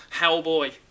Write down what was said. Hellboy